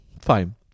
Fine